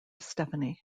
stephanie